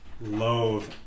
loathe